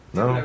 no